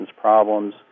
problems